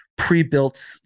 pre-built